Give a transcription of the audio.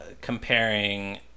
comparing